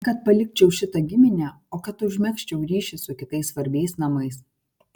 ne kad palikčiau šitą giminę o kad užmegzčiau ryšį su kitais svarbiais namais